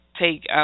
take